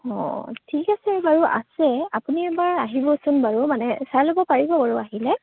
অ ঠিক আছে বাৰু আছে আপুনি এবাৰ আহিবচোন বাৰু মানে চাই ল'ব পাৰিব বাৰু আহিলে